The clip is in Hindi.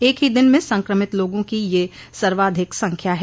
एक ही दिन में संक्रमित लोगों की यह सर्वाधिक संख्या है